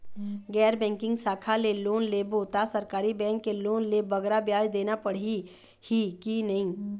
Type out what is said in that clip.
गैर बैंकिंग शाखा ले लोन लेबो ता सरकारी बैंक के लोन ले बगरा ब्याज देना पड़ही ही कि नहीं?